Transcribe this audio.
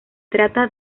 trata